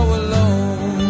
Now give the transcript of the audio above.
alone